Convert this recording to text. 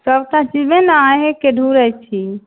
सबटा चीजमे ने अहिंँके ढ़ूरैत छी